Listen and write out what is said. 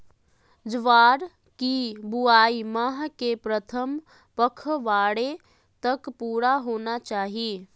ज्वार की बुआई माह के प्रथम पखवाड़े तक पूरा होना चाही